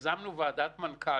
7 מיליון.